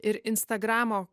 ir instagramo